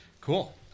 Cool